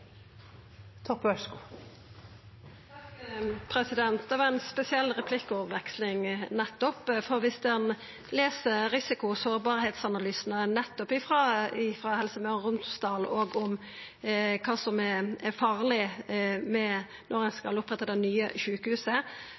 Det var ei spesiell replikkveksling nettopp. Dersom ein les risiko- og sårbarheitsanalysane frå Helse Møre og Romsdal og om kva som er farleg når ein skal oppretta det nye sjukehuset,